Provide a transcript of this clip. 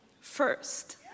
first